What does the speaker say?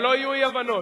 שלא יהיו אי-הבנות.